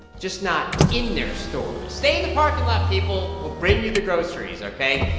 just not in their stores. stay in the parking lot, people. we'll bring you the groceries, ok?